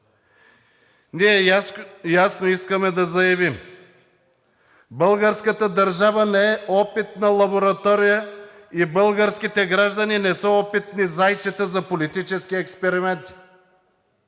Ние ясно искаме да заявим: българската държава не е опитна лаборатория и българските граждани не са опитни зайчета за политически експерименти.